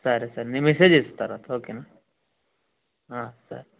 సరే సరే నేను మెసేజ్ చేస్తారా ఓకేనా సరే సరే